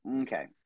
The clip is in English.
okay